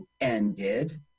ended